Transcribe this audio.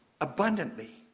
Abundantly